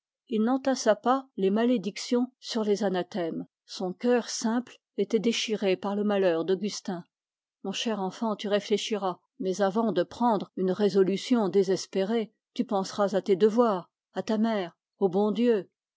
il n'entassa pas les malédictions sur les anathèmes son cœur simple était déchiré par le malheur d'augustin mon enfant tu réfléchiras mais avant de prendre une résolution désespérée tu penseras à tes devoirs à ta mère au bon dieu